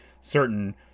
certain